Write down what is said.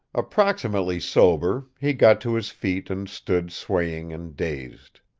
approximately sober, he got to his feet and stood swaying and dazed.